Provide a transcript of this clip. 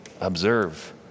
observe